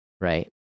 Right